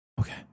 Okay